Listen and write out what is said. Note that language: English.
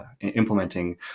implementing